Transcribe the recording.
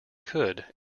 could